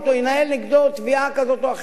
ינהל נגדו תביעה כזאת או אחרת.